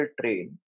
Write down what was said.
train